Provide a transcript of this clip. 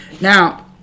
Now